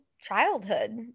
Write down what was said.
childhood